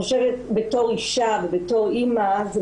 אני חושבת בתור אישה ובתור אימא שזה